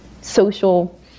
social